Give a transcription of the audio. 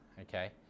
okay